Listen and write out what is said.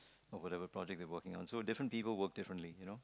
for whatever project they working on so different people working differently you know